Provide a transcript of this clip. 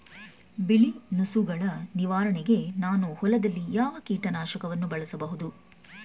ಬಿಳಿ ನುಸಿಗಳ ನಿವಾರಣೆಗೆ ನಾನು ಹೊಲದಲ್ಲಿ ಯಾವ ಕೀಟ ನಾಶಕವನ್ನು ಬಳಸಬಹುದು?